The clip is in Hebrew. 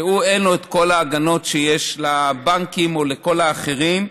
שאין לו את כל ההגנות שיש לבנקים או לכל האחרים.